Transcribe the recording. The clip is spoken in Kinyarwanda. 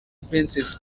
princess